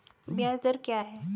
ब्याज दर क्या है?